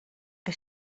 que